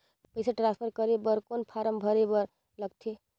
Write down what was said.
पईसा ट्रांसफर करे बर कौन फारम भरे बर लगथे?